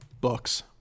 books